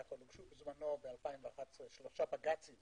הוגשו ב-2011 שלושה בג"צים